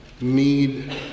need